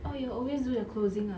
oh you always do the closing ah